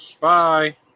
Bye